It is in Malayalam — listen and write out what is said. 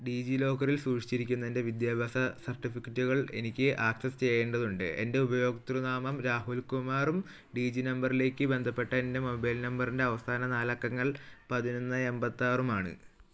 ഡിജിലോക്കറിൽ സൂക്ഷിച്ചിരിക്കുന്ന എൻ്റെ വിദ്യാഭ്യാസ സർട്ടിഫിക്കറ്റുകൾ എനിക്ക് ആക്സസ് ചെയ്യേണ്ടതുണ്ട് എൻ്റെ ഉപഭോക്തൃനാമം രാഹുൽ കുമാറും ഡിജി നമ്പറിലേക്ക് ബന്ധപ്പെട്ട എൻ്റെ മൊബൈൽ നമ്പറിൻ്റെ അവസാന നാല് അക്കങ്ങൾ പതിനൊന്ന് എൺപത്തി ആറുമാണ്